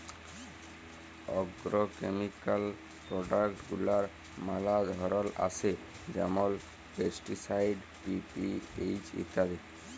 agrochemical product গুলার ম্যালা ধরল আসে যেমল পেস্টিসাইড, পি.পি.এইচ ইত্যাদি